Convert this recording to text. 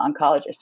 oncologist